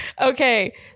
Okay